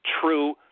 true